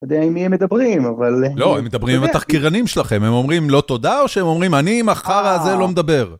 אני לא יודע עם מי הם מדברים, אבל... לא, הם מדברים עם התחקירנים שלכם, הם אומרים לא תודה או שהם אומרים אני עם החרא הזה לא מדבר.